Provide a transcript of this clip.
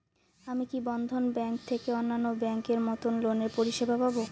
আমি কি বন্ধন ব্যাংক থেকে অন্যান্য ব্যাংক এর মতন লোনের পরিসেবা পাব?